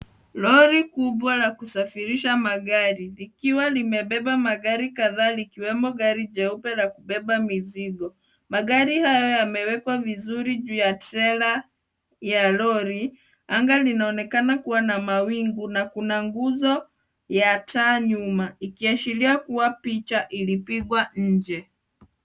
Lori kubwa la kusafirisha magari likiwa limebeba magari kadhaa ikiwemo gari jeupe la kubeba mizigo. Magari hayo yamewekwa vizuri juu ya trela ya lori. Anga linaonekana kuwa na mawingu na kuna nguzo ya taa nyuma ikiashiria kuwa picha ilipigwa nje.